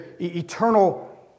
eternal